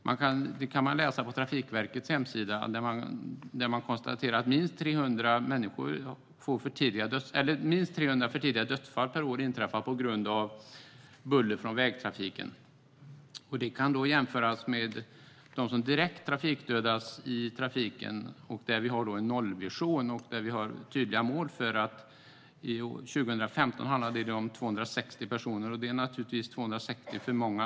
Man kan läsa på Trafikverkets hemsida att minst 300 för tidiga dödsfall per år inträffar på grund av buller från vägtrafiken. Det kan jämföras med dem som direkt dödas i trafiken. Där har vi en nollvision och tydliga mål. År 2015 handlade det om 260 personer, och det är naturligtvis 260 för många.